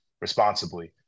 responsibly